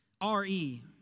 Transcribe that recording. R-E